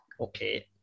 Okay